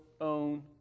own